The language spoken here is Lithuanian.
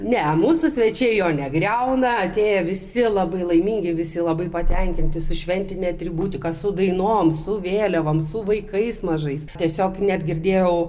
ne mūsų svečiai jo negriauna atėję visi labai laimingi visi labai patenkinti su šventine atributika su dainom su vėliavom su vaikais mažais tiesiog net girdėjau